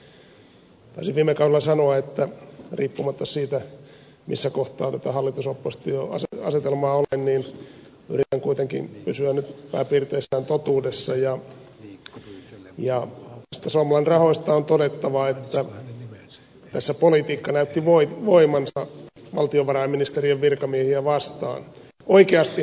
taisin viime kaudella sanoa että riippumatta siitä missä kohtaa tätä hallitusoppositio asetelmaa olen yritän kuitenkin pysyä nyt pääpiirteissään totuudessa ja näistä somlan rahoista on todettava että tässä politiikka näytti voimansa valtiovarainministeriön virkamiehiä vastaan